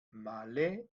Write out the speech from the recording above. malé